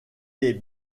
est